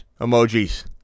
emojis